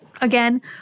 Again